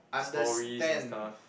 stories and stuff